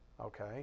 Okay